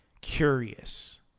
curious